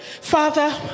father